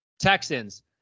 Texans